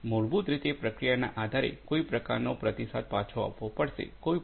તેથી મૂળભૂત રીતે પ્રક્રિયાના આધારે કોઈ પ્રકારનો પ્રતિસાદ પાછો આપવો પડશે કોઈ પ્રકારનું નિયંત્રણ